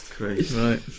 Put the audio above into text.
Right